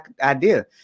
idea